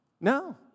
No